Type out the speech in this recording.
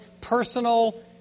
personal